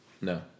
No